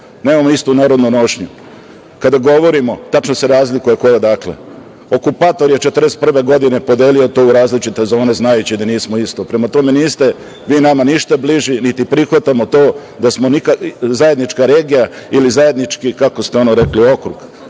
nemamo istu narodnu nošnju. Kada govorimo, tačno se razlikuje ko je odakle. Okupator je 1941. godine podelio to u različite zone, znajući da nismo isto. Prema tome, niste vi nama ništa bliži, niti prihvatamo to da smo zajednička regija ili zajednički, kako ste ono rekli, okrug.